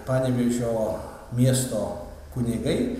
panevėžio miesto kunigai